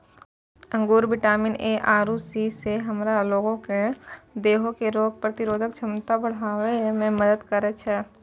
अंगूर vitamin A आरु C से हमरा लोगो के देहो के रोग प्रतिरोधक क्षमता के बढ़ाबै मे मदत करै छै